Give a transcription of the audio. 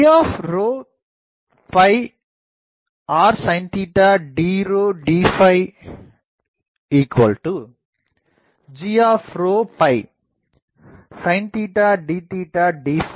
P r sin d dg sin d d